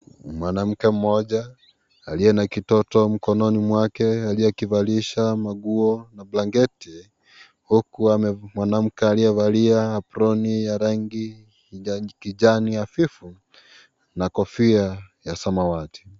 Mwanamke mmoja, aliye na kitoto mkononi mwake, aliyekivalisha maguo ya blanketi. Huku mwanamke aliyevalia aproni ya rangi ya kijani hafifu na kofia ya samawati.